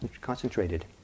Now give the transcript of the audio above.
concentrated